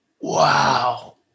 Wow